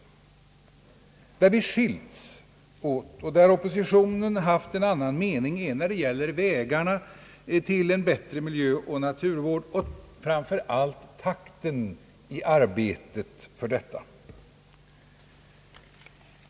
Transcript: Där vi skilts åt och där oppositionen haft en annan mening är när det gäller vägarna till en bättre miljöoch naturvård och framför allt takten i arbetet för detta.